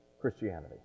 Christianity